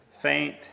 faint